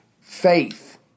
faith